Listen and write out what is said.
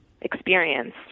experience